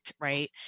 right